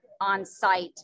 on-site